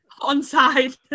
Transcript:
onside